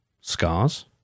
scars